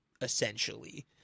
Essentially